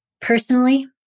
Personally